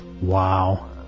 Wow